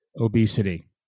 obesity